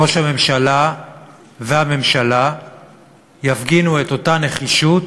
ראש הממשלה והממשלה יפגינו את אותה נחישות